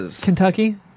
Kentucky